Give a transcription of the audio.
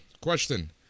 question